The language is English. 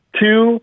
two